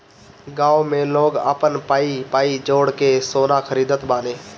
गांव में लोग आपन पाई पाई जोड़ के सोना खरीदत बाने